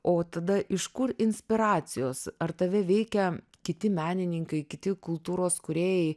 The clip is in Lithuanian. o tada iš kur inspiracijos ar tave veikia kiti menininkai kiti kultūros kūrėjai